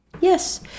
Yes